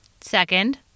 Second